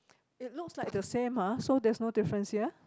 it looks like the same ah so there's no difference here